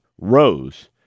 Rose